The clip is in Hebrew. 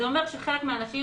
זה אומר שחלק מהאנשים,